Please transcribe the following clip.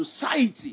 society